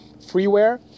freeware